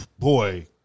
Boy